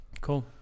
Cool